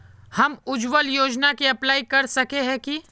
हम उज्वल योजना के अप्लाई कर सके है की?